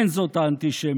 אין זאת האנטישמיות.